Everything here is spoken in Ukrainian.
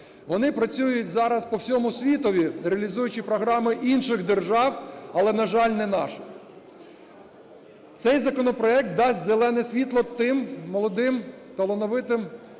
Вони працюють зараз по цьому світові, реалізуючи програми інших держав, але, на жаль, не нашу. Цей законопроект дасть зелене світло тим молодим, талановитим,